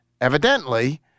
evidently